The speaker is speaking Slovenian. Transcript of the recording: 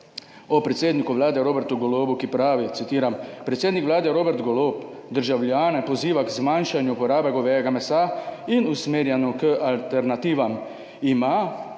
o predsedniku Vlade Robertu Golobu, ki pravi, citiram: "Predsednik Vlade Robert Golob državljane poziva k zmanjšanju porabe govejega mesa in usmerjanju k alternativam. Ima